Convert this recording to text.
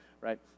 right